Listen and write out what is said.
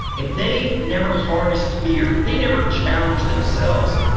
if they never harnessed fear, they never challenged themselves,